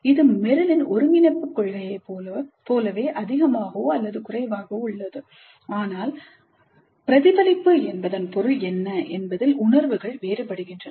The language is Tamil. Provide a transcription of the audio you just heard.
இது Merrillன் ஒருங்கிணைப்புக் கொள்கையைப் போலவே அதிகமாகவோ அல்லது குறைவாகவோ உள்ளது ஆனால் பிரதிபலிப்பு என்பதன் பொருள் என்ன என்பதில் உணர்வுகள் வேறுபடுகின்றன